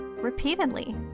repeatedly